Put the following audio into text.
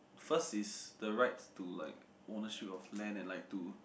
first is the right to like ownership of land and like to